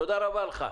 תודה רבה לך.